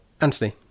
Anthony